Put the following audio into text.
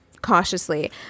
cautiously